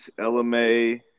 LMA